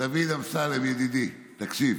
דוד אמסלם, ידידי, תקשיב,